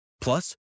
Plus